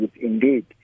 Indeed